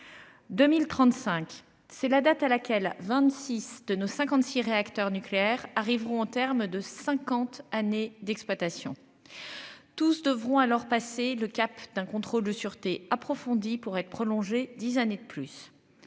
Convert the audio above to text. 2035 c'est la date à laquelle, 26 de nos 56 réacteurs nucléaires arriveront au terme de 50 années d'exploitation. Tous devront alors passer le cap d'un contrôle de sûreté approfondie pour être. 10 années de plus.